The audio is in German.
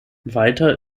weiter